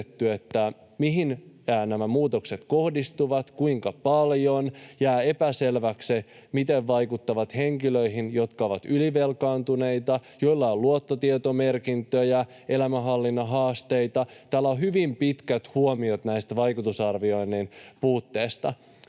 mihin nämä muutokset kohdistuvat ja kuinka paljon, ja tässä jää epäselväksi, miten ne vaikuttavat henkilöihin, jotka ovat ylivelkaantuneita, joilla on luottotietomerkintöjä ja joilla on elämänhallinnan haasteita. Täällä on hyvin pitkät huomiot näistä vaikutusarvioinnin puutteista.